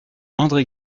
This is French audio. andré